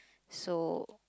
so